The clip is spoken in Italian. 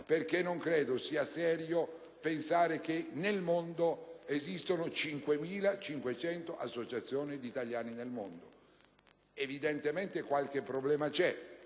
credo infatti sia serio pensare che esistono 5.500 associazioni di italiani nel mondo: evidentemente, qualche problema c'è.